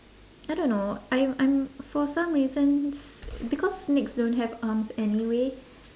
I don't know I I'm for some reasons because snakes don't have arms anyway